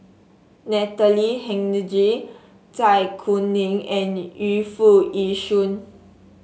Natalie Hennedige Zai Kuning and Yu Foo Yee Shoon